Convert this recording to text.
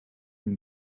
een